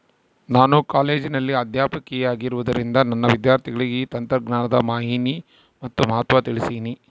ನಾನು ಕಾಲೇಜಿನಲ್ಲಿ ಅಧ್ಯಾಪಕಿಯಾಗಿರುವುದರಿಂದ ನನ್ನ ವಿದ್ಯಾರ್ಥಿಗಳಿಗೆ ಈ ತಂತ್ರಜ್ಞಾನದ ಮಾಹಿನಿ ಮತ್ತು ಮಹತ್ವ ತಿಳ್ಸೀನಿ